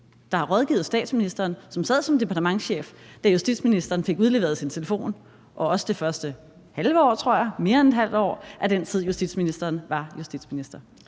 der har rådgivet statsministeren, altså den samme, som sad som departementschef, da justitsministeren fik udleveret sin telefon – og også det første halve år, tror jeg, mere end et halvt år, af den tid, hvor justitsministeren var justitsminister?